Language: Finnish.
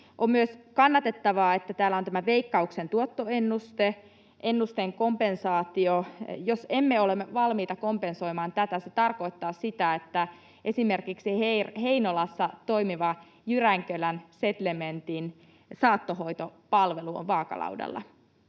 On myös kannatettavaa, että täällä on tämä Veikkauksen tuottoennuste, ennusteen kompensaatio. Jos emme ole valmiita kompensoimaan tätä, se tarkoittaa sitä, että esimerkiksi Heinolassa toimiva Jyränkölän Setlementin saattohoitopalvelu on vaakalaudalla.